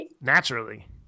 naturally